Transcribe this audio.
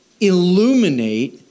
illuminate